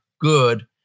good